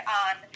on